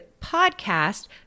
podcast